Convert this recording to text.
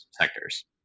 sectors